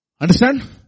Understand